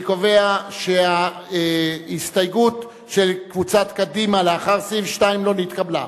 אני קובע שההסתייגות של קבוצת רע"ם-תע"ל לא נתקבלה.